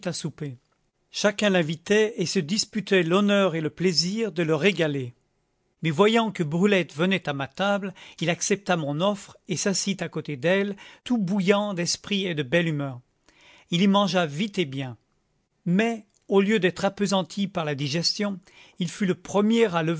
souper chacun l'invitait et se disputait l'honneur et le plaisir de le régaler mais voyant que brulette venait à ma table il accepta mon offre et s'assit à côté d'elle tout bouillant d'esprit et de belle humeur il y mangea vite et bien mais au lieu d'être appesanti par la digestion il fut le premier